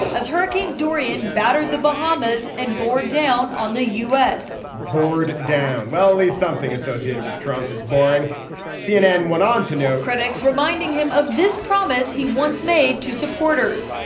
as hurricane dorian battered the bahamas and bore down on the u s. board down well there's something associated with trump is boring cnn went on to new critics reminding him of this promise he once made to supporters.